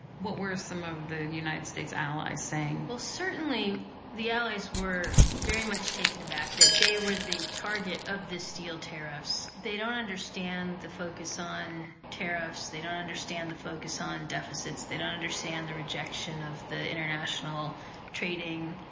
what were some of the united states' allies saying? well, certainly the allies were very much taken aback that they were the target of the steel tariffs. they don't understand the focus on tariffs, they don't understand the focus on deficits, they don't understand the rejection of the international trading,